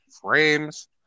frames